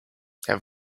have